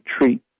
treat